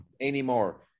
anymore